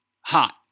hot